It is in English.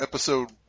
episode